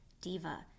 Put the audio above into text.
Diva